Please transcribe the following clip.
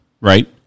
Right